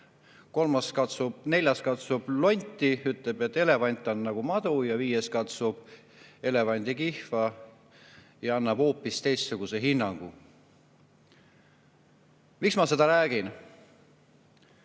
on nagu hari. Neljas katsub lonti, ütleb, et elevant on nagu madu. Viies katsub elevandi kihva ja annab hoopis teistsuguse hinnangu. Miks ma seda räägin?